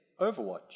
Overwatch